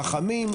חכמים,